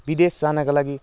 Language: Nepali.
विदेश जानका लागि